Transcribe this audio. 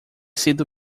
sido